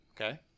Okay